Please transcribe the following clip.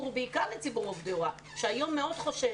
ובעיקר לציבור עובדי ההוראה שהיום מאוד חושש.